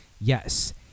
Yes